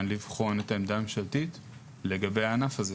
לבחון את העמדה הממשלתית לגבי הענף הזה.